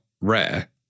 rare